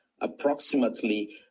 approximately